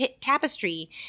tapestry